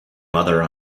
mother